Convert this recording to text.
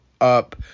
up